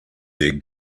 their